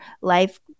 Life